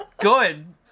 good